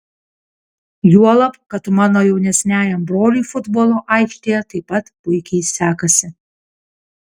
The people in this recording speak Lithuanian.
juolab kad mano jaunesniajam broliui futbolo aikštėje taip pat puikiai sekasi